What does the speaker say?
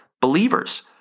believers